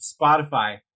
spotify